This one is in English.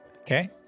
Okay